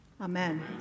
Amen